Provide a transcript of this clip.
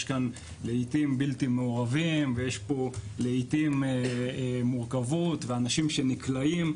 יש כאן לעיתים בלתי מעורבים ויש פה לעיתים מורכבות ואנשים שנקלעים,